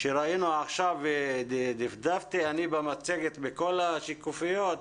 שראינו עכשיו, ודפדפתי אני במצגת בכל השקופיות,